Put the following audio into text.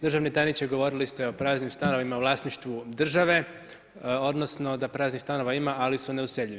Državni tajniče, govorili ste o praznim stanovima u vlasništvu države, odnosno da praznih stanova ima, ali su neuseljivi.